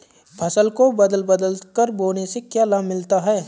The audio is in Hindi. फसल को बदल बदल कर बोने से क्या लाभ मिलता है?